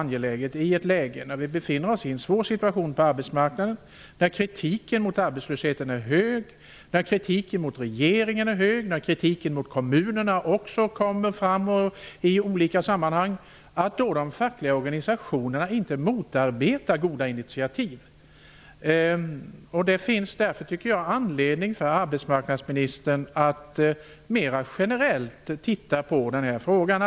När vi befinner oss i en svår situation på arbetsmarknaden och kritiken för arbetslösheten mot regeringen och kommunerna är skarp är det angeläget att de fackliga organisationerna inte motarbetar goda initiativ. Därför finns det anledning för arbetsmarknadsministern att mer generellt titta på den här frågan.